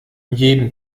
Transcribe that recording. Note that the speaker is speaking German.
jeden